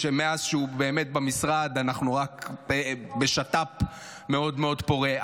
שמאז שהוא באמת במשרד אנחנו רק בשת"פ מאוד מאוד פורה.